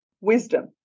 wisdom